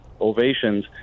ovations